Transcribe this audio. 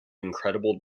incredible